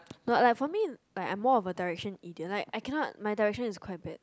not lah for me like I am more direction detail my direction is quite bad